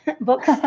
books